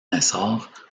essor